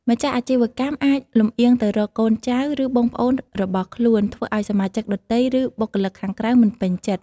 ម្ចាស់អាជីវកម្មអាចលម្អៀងទៅរកកូនចៅ ឬបងប្អូនរបស់ខ្លួន ធ្វើឲ្យសមាជិកដទៃ ឬបុគ្គលិកខាងក្រៅមិនពេញចិត្ត។